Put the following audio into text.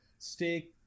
stay